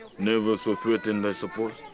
nervous or threatened i suppose.